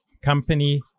company